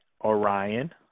Orion